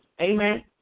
Amen